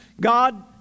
God